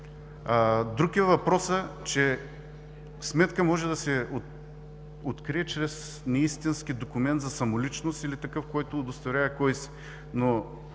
Друг е въпросът, че сметка може да се открие чрез неистински документ за самоличност или такъв, който удостоверява кой си, но